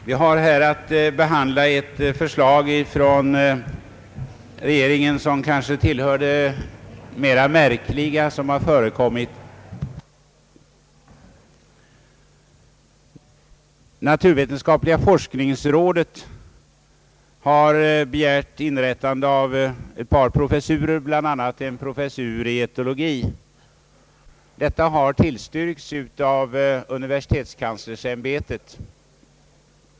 Herr talman! Vi har här att behandla ett förslag från regeringen som kanske är ett av de mera märkliga som förekommit. Naturvetenskapliga forskningsrådet har begärt inrättande av ett par professurer, bland annat en professur i etologi. Forskningsrådets förslag har tillstyrkts av universitetskanslersämbetet.